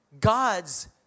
God's